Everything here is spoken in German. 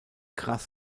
krass